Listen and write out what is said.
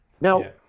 Now